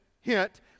hint